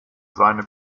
seine